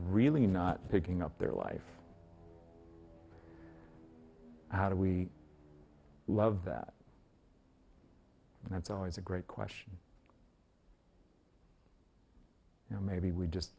really not picking up their life how do we love that and it's always a great question you know maybe we just